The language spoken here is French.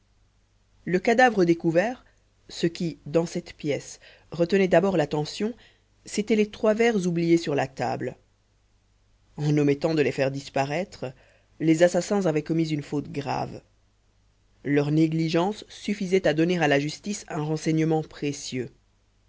le cadavre découvert ce qui dans cette pièce retenait d'abord l'attention c'étaient les trois verres oubliés sur la table en omettant de les faire disparaître les assassins avaient commis une faute grave leur négligence suffisait à donner à la justice un renseignement précieux